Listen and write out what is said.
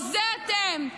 זה אתם.